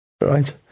Right